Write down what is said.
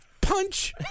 punch